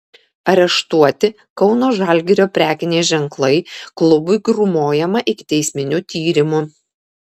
areštuoti kauno žalgirio prekiniai ženklai klubui grūmojama ikiteisminiu tyrimu